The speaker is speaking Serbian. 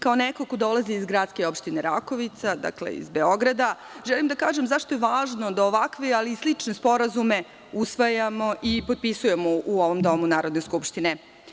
Kao neko ko dolazi iz gradske opštine Rakovica, dakle iz Beograda, želim da kažem zašto je važno da ovakve, ali i slične sporazume usvajamo i potpisujemo u ovom domu Narodne skupštine.